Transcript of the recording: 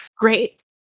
Great